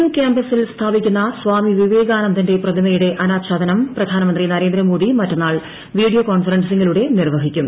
U കൃാമ്പസിൽ സ്ഥാപിക്കുന്ന സ്വാമി വിവേകാനന്ദന്റെ പ്രതിമയുടെ അനാച്ഛാദ്നും പ്രധാനമന്ത്രി നരേന്ദ്ര മോദി മറ്റന്നാൾ കോൺഫറൻസിങ്ങിലൂടെ നിർവഹിക്കും